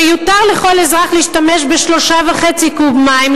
שיותר לכל אזרח להשתמש ב-3.5 קוב מים,